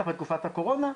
בטח בתקופת הקורונה,